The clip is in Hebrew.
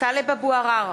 טלב אבו עראר,